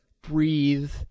breathe